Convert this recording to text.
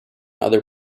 other